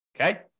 Okay